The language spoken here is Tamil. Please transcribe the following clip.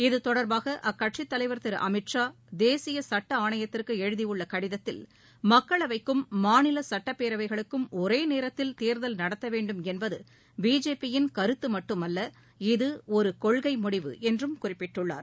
இதுதொடர்பாகஅக்கட்சித் தலைர் திரு அமித் ஷா தேசியசட்டஆணையத்திற்குஎழுதியுள்ளகடிதத்தில் மக்களவைக்கும் மாநிலசட்டபேரவைகளுக்கும் ஒரேநேரத்தில் தேர்தல் நடத்தவேண்டும் என்பதுபிஜேயின் கருத்தமட்டுமல்ல இது ஒருகொள்கைமுடிவு என்றும் குறிப்பிட்டுள்ளார்